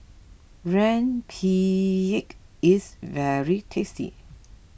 Rempeyek is very tasty